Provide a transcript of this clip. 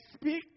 speak